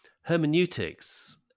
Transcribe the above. Hermeneutics